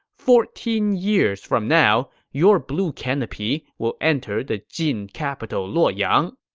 fourteen years from now, your blue canopy will enter the jin capital luoyang.